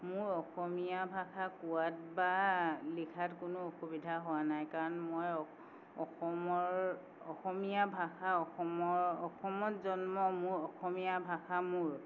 মোৰ অসমীয়া ভাষা কোৱাত বা লিখাত কোনো অসুবিধা হোৱা নাই কাৰণ মই অসমৰ অসমীয়া ভাষা অসমৰ অসমত জন্ম মোৰ অসমীয়া ভাষা মোৰ